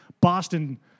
Boston